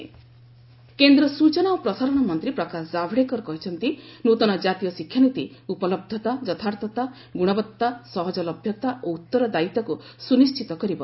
NEP Javadekar କେନ୍ଦ୍ର ସୂଚନା ଓ ପ୍ରସାରଣ ମନ୍ତ୍ରୀ ପ୍ରକାଶ ଜାବ୍ଡେକର କହିଛନ୍ତି ନ୍ତନ ଜାତୀୟ ଶିକ୍ଷାନୀତି ଏନ୍ଇପି ଉପଲହ୍ଧତା ଯଥାର୍ଥତା ଗୁଣବତ୍ତା ସହଜଲଭ୍ୟତା ଓ ଉତ୍ତରଦାୟିତାକୁ ସ୍ୱନିଶ୍ଚିତ କରିବ